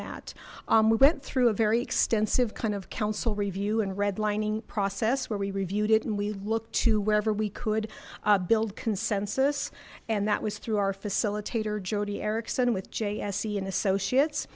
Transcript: that we went through a very extensive kind of council review and redlining process where we reviewed it and we look to wherever we could build consensus and that was through our facilitator jody erickson with jsc and associates